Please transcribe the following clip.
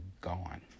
gone